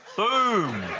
boom!